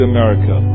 America